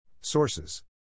Sources